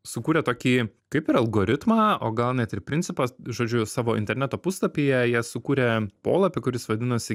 sukūrė tokį kaip ir algoritmą o gal net ir principas žodžiu savo interneto puslapyje jie sukūrė polapį kuris vadinosi